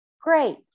Great